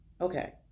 okay